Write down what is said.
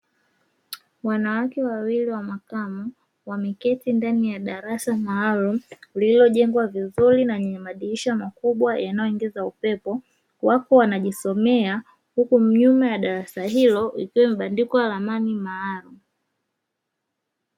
Wanawake wawili wa makamu wameketi ndani ya darasa maalumu lililojengwa vizuri na lina madirisha makubwa yanayoingiza upepo. Wako wanajisomea huku nyuma ya darasa hilo likiwa limebandikwa ramani maalumu.